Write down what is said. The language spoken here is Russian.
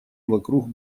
вокруг